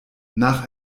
nach